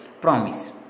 promise